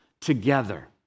together